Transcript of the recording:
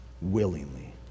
willingly